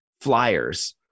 flyers